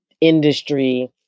industry